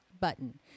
button